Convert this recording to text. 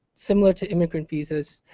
similar to immigrant visas,